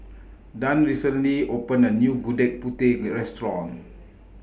Dona recently opened A New Gudeg Putih Restaurant